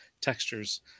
textures